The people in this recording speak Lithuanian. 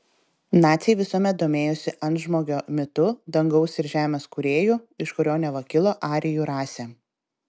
naciai visuomet domėjosi antžmogio mitu dangaus ir žemės kūrėju iš kurio neva kilo arijų rasė